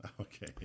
Okay